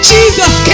Jesus